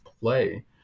play